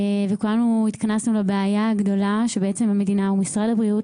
וכולנו התכנסנו לבעיה הגדולה שבעצם המדינה ומשרד הבריאות